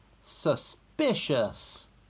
suspicious